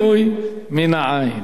הסמוי מן העין.